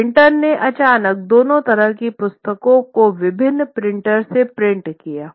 और प्रिंटर ने अचानक दोनों तरह की पुस्तकों को विभिन्न प्रिंटर से प्रिंट किया